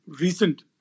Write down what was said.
recent